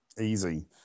Easy